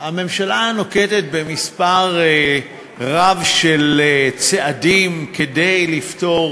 הממשלה נוקטת מספר רב של צעדים כדי לפתור